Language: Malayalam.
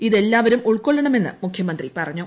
ഇത് എല്ലാ വരും ഉൾക്കൊളളണമെന്ന് മുഖ്യമന്ത്രി പറഞ്ഞു